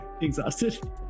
exhausted